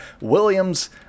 Williams